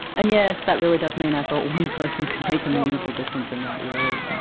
and yes, that really does mean i thought one person could make a meaningful difference in that world.